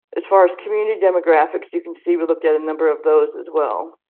as far as community demographics, you can see we looked at a number of those as well.